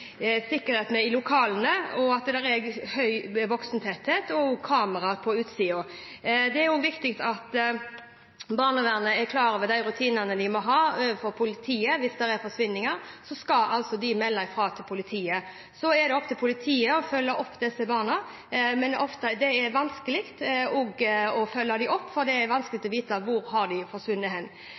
at det er kameraer på utsiden. Det er også viktig at barnevernet er klar over rutinene de må ha overfor politiet. Hvis noen forsvinner, skal man melde fra til politiet. Det er politiet som skal følge opp disse barna, men det er ofte vanskelig å følge dem opp, for det er vanskelig å vite hvor de har forsvunnet.